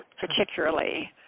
particularly